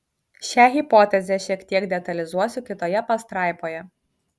šią hipotezę šiek tiek detalizuosiu kitoje pastraipoje